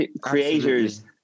creators